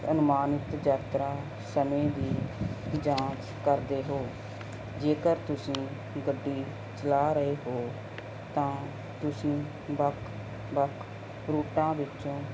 ਅਨੁਮਾਨਿਤ ਯਾਤਰਾ ਸਮੇਂ ਦੀ ਜਾਂਚ ਕਰਦੇ ਹੋ ਜੇਕਰ ਤੁਸੀਂ ਗੱਡੀ ਚਲਾ ਰਹੇ ਹੋ ਤਾਂ ਤੁਸੀਂ ਵੱਖ ਵੱਖ ਰੂਟਾਂ ਵਿੱਚੋਂ